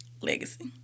Legacy